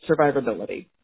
survivability